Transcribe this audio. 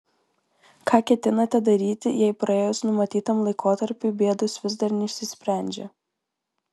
ką ketinate daryti jei praėjus numatytam laikotarpiui bėdos vis dar neišsisprendžia